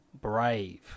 Brave